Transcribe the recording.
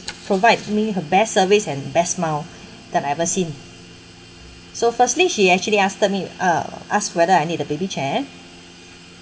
provide me her best service and best smile that I've ever seen so firstly she actually asked me uh asked whether I need a baby chair